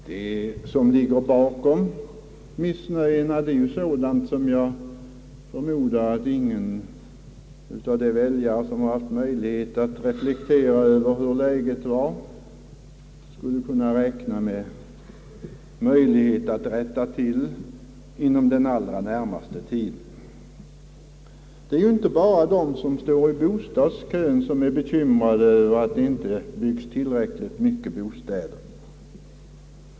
Det som ligger bakom missnöjet är nämligen sådant som ingen av de väljare, som haft möjlighet att reflektera över hurudant läget var, skulle anse det möjligt att rätta till något inom den allra närmaste tiden, Det är ju inte bara de som står i bostadskön som är bekymrade över att det inte byggs tillräckligt många bostäder.